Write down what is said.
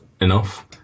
enough